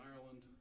Ireland